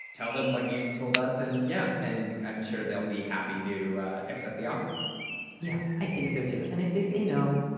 tell them what you told us. and yeah. and i'm sure they'll be happy to accept the offer yeah, i think so too. and if they say no,